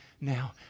now